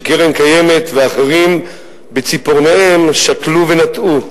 שקרן קיימת ואחרים בציפורניהם שתלו ונטעו,